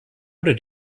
did